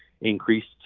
increased